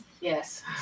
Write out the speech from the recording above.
Yes